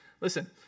Listen